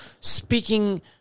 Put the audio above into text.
speaking